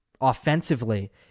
offensively